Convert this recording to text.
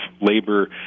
labor